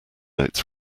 notes